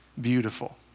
Beautiful